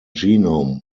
genome